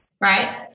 right